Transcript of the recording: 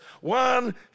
one